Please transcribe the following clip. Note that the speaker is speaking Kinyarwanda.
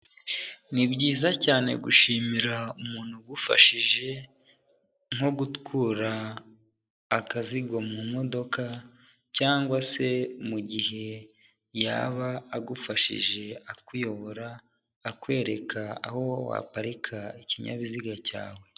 Ni byiza cyane gushimira umuntu ugufashije, nko gukura akazigo mu modoka, cyangwa se mu gihe yaba agufashije akuyobora, akwereka aho waparika ikinyabiziga cyawe.